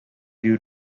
due